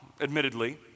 admittedly